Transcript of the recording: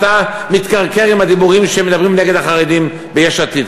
אתה "מתקרקר" עם הדיבורים שמדברים נגד החרדים ביש עתיד,